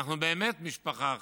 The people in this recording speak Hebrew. אנחנו באמת משפחה אחת.